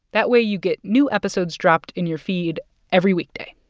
that way, you get new episodes dropped in your feed every weekday.